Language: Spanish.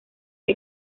que